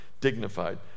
dignified